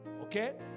Okay